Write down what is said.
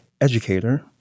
educator